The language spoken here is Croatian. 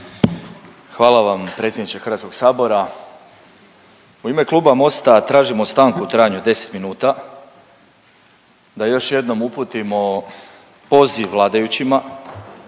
Hvala vam predsjedniče Hrvatskog sabora. U ime Kluba Mosta tražimo stanku u trajanju od 10 minuta da još jednom uputimo poziv vladajućima